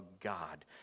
God